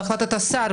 בהחלטת השר,